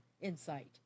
insight